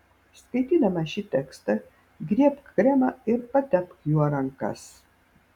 skaitydama šį tekstą griebk kremą ir patepk juo rankas